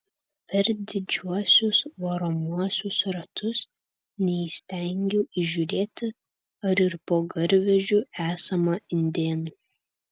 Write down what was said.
per didžiuosius varomuosius ratus neįstengiau įžiūrėti ar ir po garvežiu esama indėnų